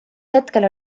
hetkel